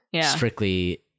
strictly